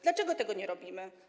Dlaczego tego nie robimy?